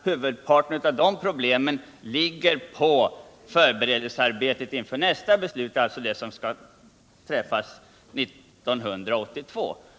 Huvudparten av detta problem ligger på förberedelsearbetet inför nästa beslut, det som skall fattas 1982.